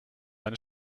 eine